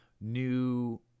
new